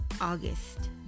august